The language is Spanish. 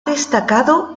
destacado